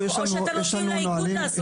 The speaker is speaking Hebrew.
או שאתם נותנים לאיגוד לעשות את זה?